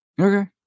Okay